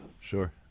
Sure